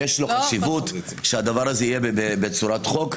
יש חשיבות שהדבר הזה יהיה בצורת חוק.